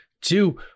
two